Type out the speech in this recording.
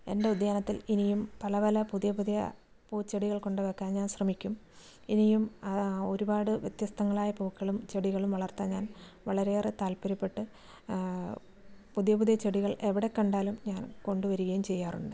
എൻ്റെ ഉദ്യാനത്തിൽ ഇനിയും പല പല പുതിയ പുതിയ പൂ ചെടികൾ കൊണ്ട് വെക്കാൻ ഞാൻ ശ്രമിക്കും ഇനിയും ആ ഒരുപാട് വ്യത്യസ്തങ്ങളായ പൂക്കളും ചെടികളും വളർത്താൻ ഞാൻ വളരെ ഏറെ താല്പര്യപ്പെട്ട് പുതിയ പുതിയ ചെടികൾ എവിടെ കണ്ടാലും ഞാൻ കൊണ്ട് വരികയും ചെയ്യാറുണ്ട്